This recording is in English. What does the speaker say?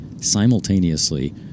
simultaneously